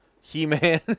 He-Man